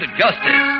justice